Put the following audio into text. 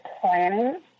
planning